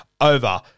over